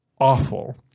awful